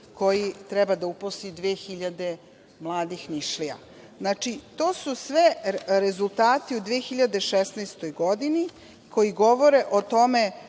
koji treba da uposli 2000 mladih Nišlija. To su sve rezultati u 2016. godini koji govore o tome